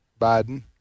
Biden